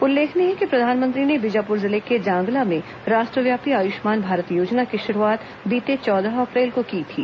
उल्लेखनीय है कि प्रधानमंत्री ने बीजापुर जिले के जांगला में राष्ट्रव्यापी आयुष्मान भारत योजना की शुरूआत बीते चौदह अप्रैल को की थी